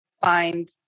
find